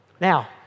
Now